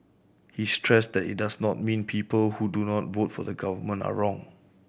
he stressed that it does not mean people who do not vote for the Government are wrong